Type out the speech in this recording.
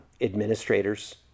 administrators